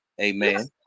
Amen